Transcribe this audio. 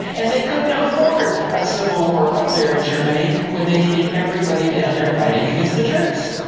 and they could not afford a civil war up there in germany, when they needed everybody down there fighting against the turks.